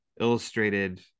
Illustrated